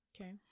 Okay